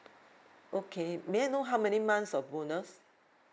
okay may I know how many months of bonus